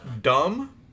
dumb